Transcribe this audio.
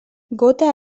gota